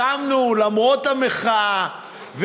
קמנו למרות המחאה,